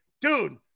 Dude